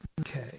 Okay